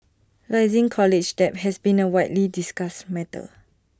rising college debt has been A widely discussed matter